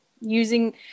using